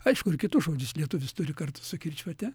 aišku ir kitus žodžius lietuvis turi kartu su kirčiuote